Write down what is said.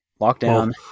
lockdown